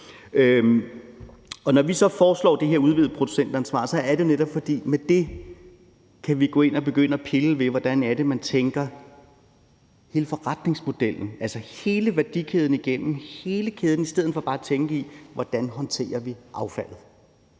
Når vi så foreslår det her udvidede producentansvar, er det netop, fordi vi med det kan gå ind og begynde at pille ved, hvordan det er, man tænker hele forretningsmodellen, altså hele værdikæden, igennem, hele kæden, i stedet for bare at tænke i, hvordan vi håndterer affaldet.